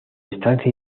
estancia